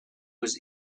was